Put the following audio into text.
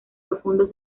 profundos